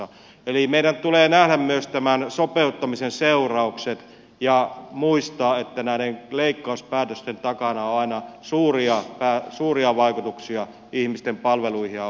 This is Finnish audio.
eli meidän tulee nähdä myös tämän sopeuttamisen seuraukset ja muistaa että näiden leikkauspäätösten takana on aina suuria vaikutuksia ihmisten palveluihin ja oikeusturvaan